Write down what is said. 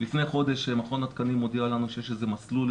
לפני חודש מכון התקנים הודיע לנו שיש איזה מסלול,